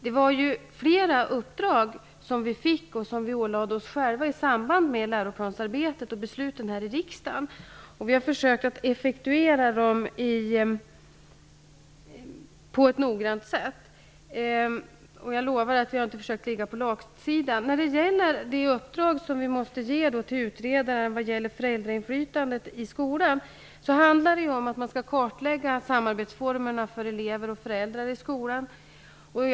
Det var flera uppdrag som regeringen fick och som vi ålade oss själva i samband med läroplansarbetet och besluten i riksdagen. Vi har försökt att effektuera dem på ett noggrant sätt. Jag lovar att vi inte har legat på latsidan. Det uppdrag som regeringen ger till utredaren när det gäller föräldrainflytandet i skolan handlar om att kartlägga samarbetsformerna för elever och föräldrar i skolan.